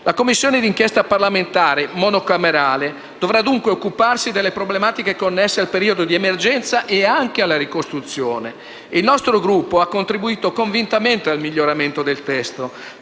La Commissione d'inchiesta parlamentare monocamerale dovrà, dunque, occuparsi delle problematiche connesse al periodo di emergenza e anche alla ricostruzione. Il nostro Gruppo ha contribuito convintamente al miglioramento del testo.